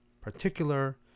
particular